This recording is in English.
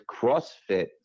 CrossFit